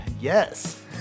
yes